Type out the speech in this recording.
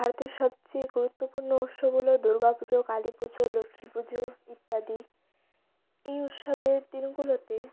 হয়তো সবচেয়ে গুরুত্বপূর্ণ উৎসব হলো দুর্গা পুজো কালী পুজো লক্ষ্মী পুজো ইত্যাদি এই উৎসবের দিনগুলোতে